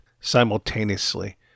simultaneously